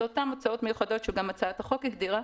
זה אותן הוצאות מיוחדות, שגם הצעת החוק הגדירה,